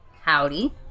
howdy